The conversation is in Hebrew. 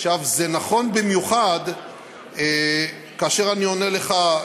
זה נכון במיוחד כאשר אני עונה לך,